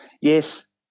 yes